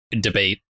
debate